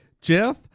Jeff